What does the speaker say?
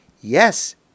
Yes